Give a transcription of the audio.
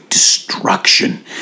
destruction